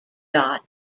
dot